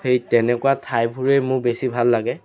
সেই তেনেকুৱা ঠাইবোৰেই মোৰ বেছি ভাল লাগে